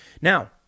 Now